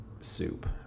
soup